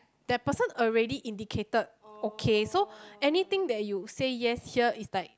that person already indicated okay so anything that you say yes here it's like